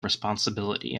responsibility